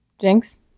Jinx